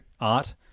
art